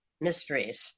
mysteries